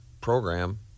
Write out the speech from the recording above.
program